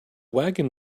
wagon